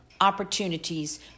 opportunities